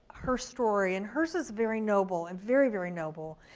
her story, and hers is very noble, and very, very noble.